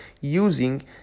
using